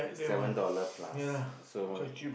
seven dollar plus so